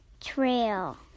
trail